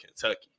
Kentucky